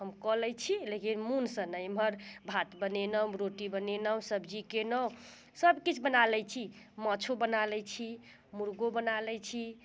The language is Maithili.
हम कऽ लैत छी लेकिन मन से नहि एम्हर भात बनेलहुँ रोटी बनेलहुँ सब्जी कयलहुँ सभ किछु बना लैत छी माछो बना लैत छी मुर्गो बना लैत छी